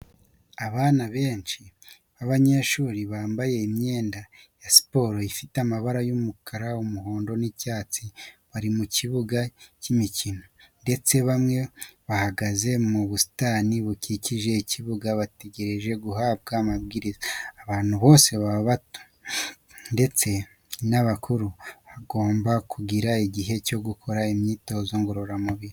Abana benshi b'abanyeshuri bambaye imyenda ya siporo ifite amabara y'umukara umuhondo n'icyatsi bari mu kibuga cy'imikino, ndetse bamwe bahagaze mu busitani bukikije ikibuga bategereje guhabwa amabwiriza. Abantu bose baba abato ndetse n'abakuru bagomba kugira igihe cyo gukora imyitozo ngororamubiri.